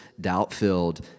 doubt-filled